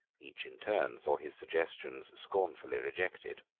each in turn saw his suggestions scornfully rejected.